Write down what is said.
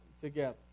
together